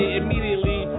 immediately